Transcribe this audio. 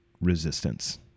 resistance